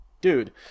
dude